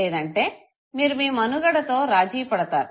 లేదంటే మీరు మీ మనుగడతో రాజీ పడతారు